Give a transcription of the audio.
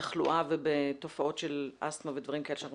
בתחלואה ובתופעות של אסטמה ודברים כאלה שאנחנו